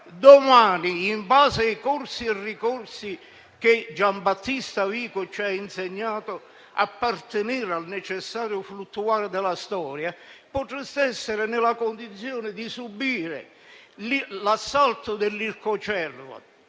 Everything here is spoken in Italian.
domani, in base ai corsi e ricorsi che Giambattista Vico ci ha insegnato appartenere al necessario fluttuare della storia, potreste essere nella condizione di subire l'assalto dell'ircocervo